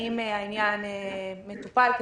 האם העניין מטופל?